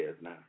now